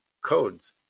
codes